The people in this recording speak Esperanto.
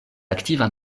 aktiva